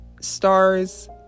stars